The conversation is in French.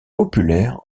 populaire